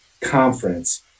conference